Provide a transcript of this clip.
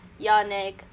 Yannick